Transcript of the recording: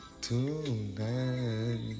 tonight